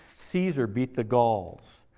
caesar beat the gauls.